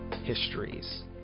histories